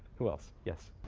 who else? yes.